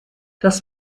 das